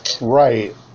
Right